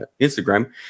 Instagram